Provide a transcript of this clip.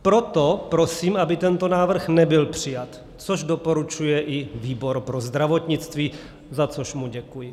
Proto prosím, aby tento návrh nebyl přijat, což doporučuje i výbor pro zdravotnictví, za což mu děkuji.